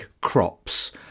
crops